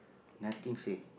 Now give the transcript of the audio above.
nothing say